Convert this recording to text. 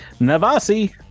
Navasi